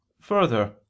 Further